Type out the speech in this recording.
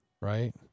right